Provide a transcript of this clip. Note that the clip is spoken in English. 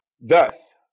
Thus